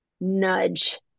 nudge